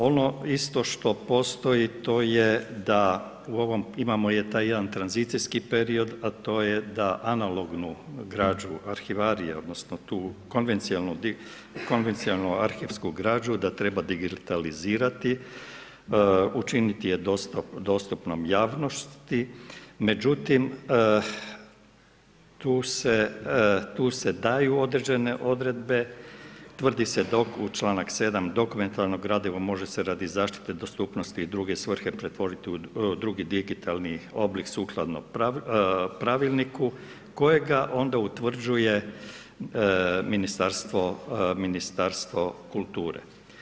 Ono isto što postoji to je da imamo taj jedan tranzicijski period a to je da analognu građu arhivarije odnosno tu konvencionalnu arhivsku građu da treba digitalizirati, učiniti je dostupnom javnosti, međutim tu se daju određene odredbe, tvrdi se u članku 7. dokumentarno gradivo može se radi zaštite dostupnosti i druge svrhe pretvoriti u drugi digitalno oblik sukladno pravilniku kojega onda utvrđuje Ministarstvo kulture.